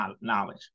knowledge